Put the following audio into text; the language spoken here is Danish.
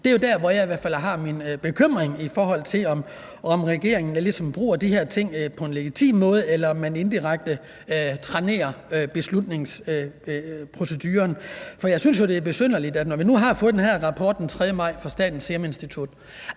hvor jeg i hvert fald har min bekymring, i forhold til om regeringen ligesom bruger de her ting på en legitim måde, eller om man indirekte trænerer beslutningsproceduren. For jeg synes jo, det er besynderligt, når vi nu har fået den her rapport den 3. maj fra Statens Serum Institut,